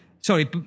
sorry